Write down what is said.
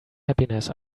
happiness